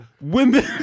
women